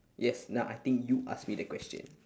yes now I think you ask me the question